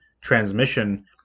transmission